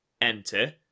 Enter